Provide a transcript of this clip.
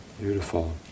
Beautiful